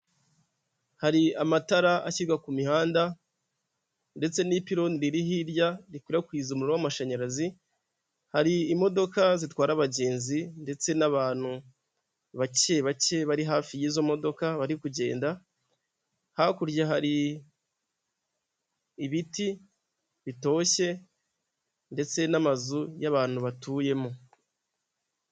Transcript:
Hari amatara ashyirwa ku mihanda ndetse n'ipironi riri hirya rikwirakwiza umuriro w'amashanyarazi, hari imodoka zitwara abagenzi ndetse n'abantu bake bake bari hafi y'izo modoka bari kugenda, hakurya hari ibiti bitoshye ndetse n'amazu y'abantu batuyemo.